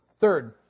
Third